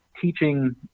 teaching